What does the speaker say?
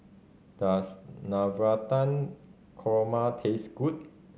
does Navratan Korma taste good